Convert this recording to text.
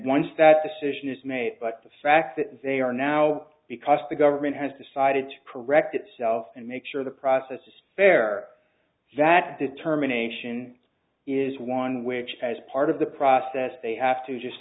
once that decision is made but the fact that they are now because the government has decided to perec that self and make sure the process is fair that determination is one which has part of the process they have to just